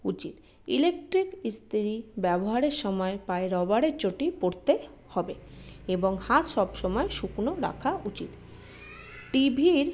উচিত ইলেকট্রিক ইস্ত্রি ব্যবহারের সময় পায়ে রবারের চটি পড়তে হবে এবং হাত সব সময় শুকনো রাখা উচিত টিভির